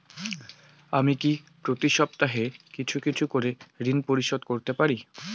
আমি কি প্রতি সপ্তাহে কিছু কিছু করে ঋন পরিশোধ করতে পারি?